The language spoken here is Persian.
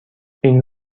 این